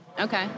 Okay